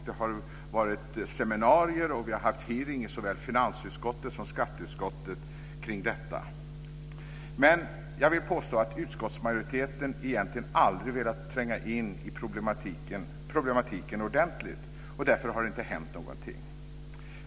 Det har varit seminarier, och vi har haft hearing i såväl finansutskottet som skatteutskottet kring detta. Men jag vill påstå att utskottsmajoriteten egentligen aldrig velat tränga in i problematiken ordentligt, och därför har det inte hänt någonting.